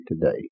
today